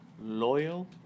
loyal